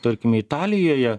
tarkime italijoje